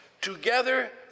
Together